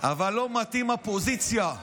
אבל לא מתאים, הפוזיציה.